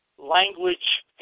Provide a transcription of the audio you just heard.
language